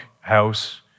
house